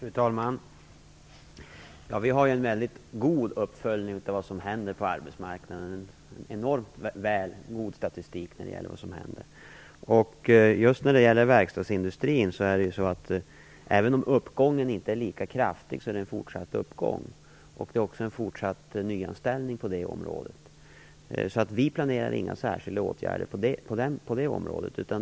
Fru talman! Vi har en väldigt god uppföljning och en enormt bra statistik när det gäller vad som händer på arbetsmarknaden. Just inom verkstadsindustrin är det en fortsatt uppgång, även om den inte är lika kraftig. Det sker också en fortsatt nyanställning på det området. Vi planerar inga särskilda åtgärder på det området.